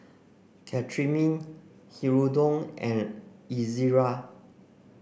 Cetrimide Hirudoid and Ezerra